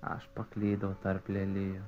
aš paklydau tarp lelijų